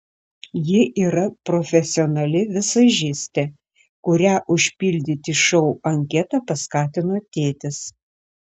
ji yra profesionali vizažistė kurią užpildyti šou anketą paskatino tėtis